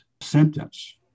sentence